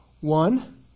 one